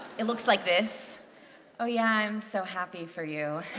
it looks like this oh yeah, i am so happy for you.